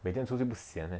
每天出去不 sian meh